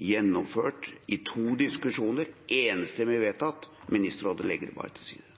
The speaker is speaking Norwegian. gjennomført i to diskusjoner og enstemmig vedtatt – og Ministerrådet legger det bare til side